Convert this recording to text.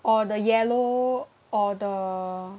or the yellow or the